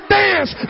dance